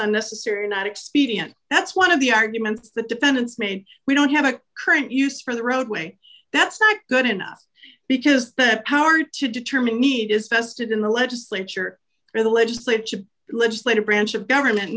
unnecessary not expedient that's one of the arguments that defendants made we don't have a current use for the roadway that's not good enough because that power to determine need is tested in the legislature or the legislature of the legislative branch of government in